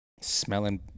Smelling